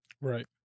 Right